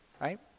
right